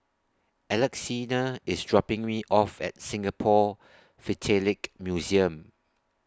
Alexina IS dropping Me off At Singapore Philatelic Museum